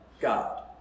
God